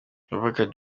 uwagaba